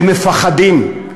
אתם מפחדים.